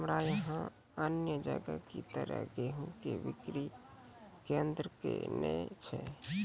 हमरा यहाँ अन्य जगह की तरह गेहूँ के बिक्री केन्द्रऽक नैय छैय?